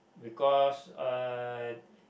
because uh